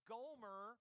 Gomer